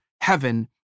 heaven